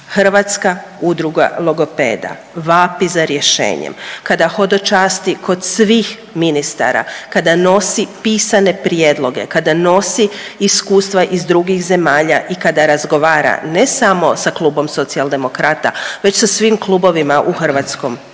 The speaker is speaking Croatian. Hrvatska udruga logopeda vapi za rješenjem, kada hodočasti kod svih ministara, kada nosi pisane prijedloge, kada nosi iskustva iz drugih zemalja i kada razgovara ne samo sa Klubom Socijaldemokrata već sa svim klubovima u hrvatskom parlamentu